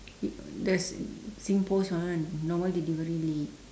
y~ the singpost one normal delivery late